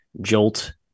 jolt